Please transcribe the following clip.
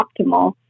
optimal